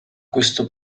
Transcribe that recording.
questo